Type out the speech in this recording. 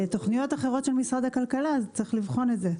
לגבי תוכניות אחרות של משרד הכלכלה צריך לבחון את זה.